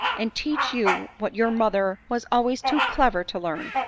and teach you what your mother was always too clever to learn.